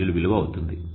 50 విలువ అవుతుంది